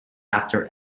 after